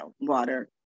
water